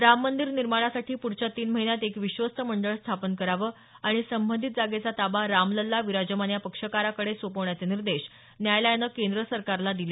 राम मंदीर निर्माणासाठी पुढच्या तीन महिन्यात एक विश्वस्त मंडळ स्थापन करावं आणि संबंधित जागेचा ताबा रामलल्ला विराजमान या पक्षकाराकडे सोपवण्याचे निर्देश न्यायालयानं केंद्र सरकारला दिले